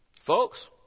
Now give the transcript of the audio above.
Folks